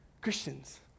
Christians